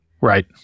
right